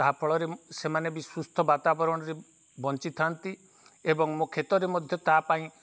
ତାହା ଫଳରେ ସେମାନେ ବି ସୁସ୍ଥ ବାତାବରଣରେ ବଞ୍ଚିଥାନ୍ତି ଏବଂ ମୋ କ୍ଷେତରେ ମଧ୍ୟ ତା ପାଇଁ